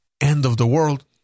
end-of-the-world